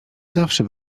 zawsze